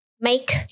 Make